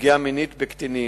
מינית בקטינים.